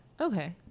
Okay